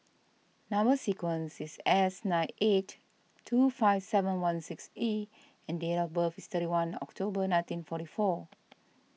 Number Sequence is S nine eight two five seven one six E and date of birth is thirty one October nineteen forty four